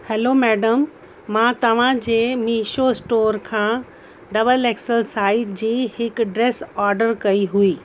hello madam मां तव्हांजे Meesho store खां डबल एक्सएल साइज जी हिकु ड्रेस ऑर्डर कई हुई